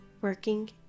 working